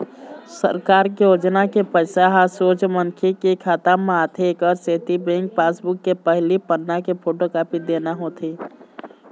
सरकार के योजना के पइसा ह सोझ मनखे के खाता म आथे एकर सेती बेंक पासबूक के पहिली पन्ना के फोटोकापी देना होथे